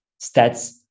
stats